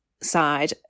side